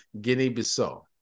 Guinea-Bissau